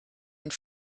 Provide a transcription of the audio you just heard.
and